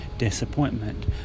disappointment